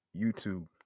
YouTube